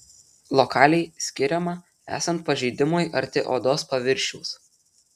lokaliai skiriama esant pažeidimui arti odos paviršiaus